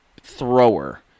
thrower